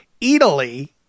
Italy